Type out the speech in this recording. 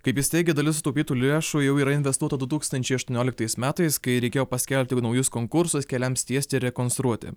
kaip jis teigė dalis sutaupytų lėšų jau yra investuota du tūkstančiai aštuonioliktais metais kai reikėjo paskelbti naujus konkursus keliams tiesti rekonstruoti